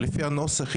לפי הנוסח,